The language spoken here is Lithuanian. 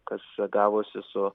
kas gavosi su